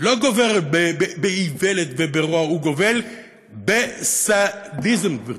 לא גובל באיוולת וברוע, הוא גובל בסדיזם גברתי,